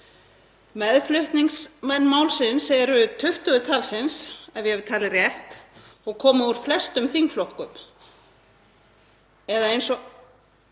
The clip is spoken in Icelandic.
Meðflutningsmenn málsins eru 20 talsins, ef ég hef talið rétt, og koma úr flestum þingflokkum en málið